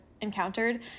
encountered